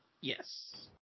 Yes